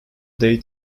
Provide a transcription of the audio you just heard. day